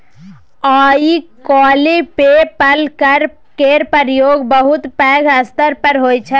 आइ काल्हि PayPal केर प्रयोग बहुत पैघ स्तर पर होइ छै